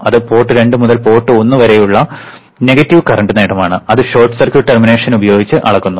അത് പോർട്ട് രണ്ട് മുതൽ പോർട്ട് ഒന്ന് വരെയുള്ള നെഗറ്റീവ് കറന്റ് നേട്ടം ആണ് അത് ഷോർട്ട് സർക്യൂട്ട് ടെർമിനേഷൻ ഉപയോഗിച്ച് അളക്കുന്നു